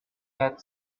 had